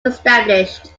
established